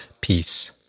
peace